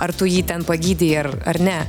ar tu jį ten pagydei ar ar ne